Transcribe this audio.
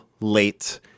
late